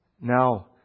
Now